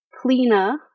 Cleaner